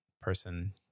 person